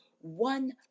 one